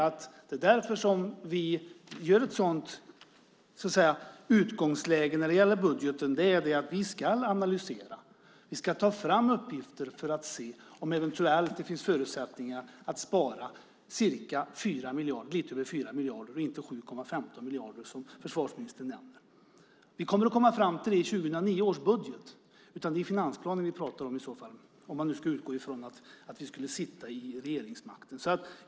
Att vi har ett sådant utgångsläge när det gäller budgeten är att vi ska analysera. Vi ska ta fram uppgifter för att se om det finns förutsättningar att spara lite över 4 miljarder - inte 7,15 miljarder som försvarsministern nämnde. Vi kommer att komma fram till det i 2009 års budget. Det är finansplanen vi pratar om, om vi ska utgå från att vi sitter vid regeringsmakten.